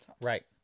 Right